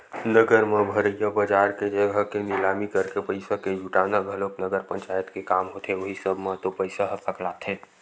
नगर म भरइया बजार के जघा के निलामी करके पइसा के जुटाना घलोक नगर पंचायत के काम होथे उहीं सब म तो पइसा ह सकलाथे